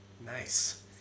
Nice